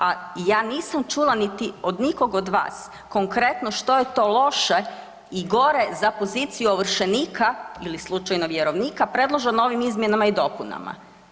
A ja nisam čula niti od nikog od vas konkretno što je to loše i gore za poziciju ovršenika ili slučajno vjerovnika predloženo ovim izmjenama i dopunama?